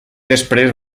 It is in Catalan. després